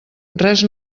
res